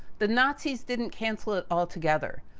the nazis didn't cancel it altogether.